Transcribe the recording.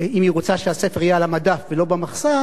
אותו אם היא רוצה שהספר יהיה על המדף ולא במחסן,